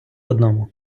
одному